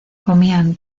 comían